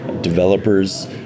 Developers